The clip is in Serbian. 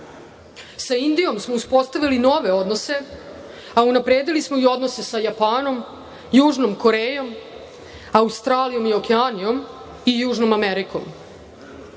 Sa Indijom smo uspostavili nove odnose, a unapredili smo i odnose sa Japanom, Južnom Korejom, Australijom i Okeanijom i Južnom Amerikom.